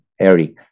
eric